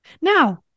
Now